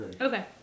Okay